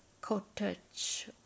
cottage